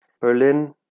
Berlin